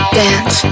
dance